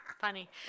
Funny